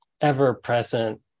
ever-present